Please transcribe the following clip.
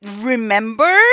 remember